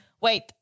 wait